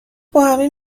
باهمیم